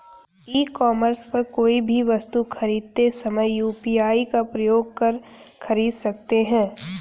ई commerce पर कोई भी वस्तु खरीदते समय यू.पी.आई का प्रयोग कर खरीद सकते हैं